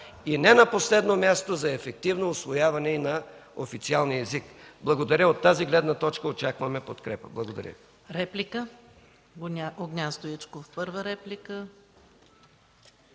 и не на последно място за ефективно усвояване и на официалния език. От тази гледна точка очакваме подкрепа. Благодаря